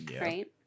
Right